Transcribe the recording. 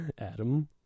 Adam